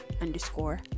underscore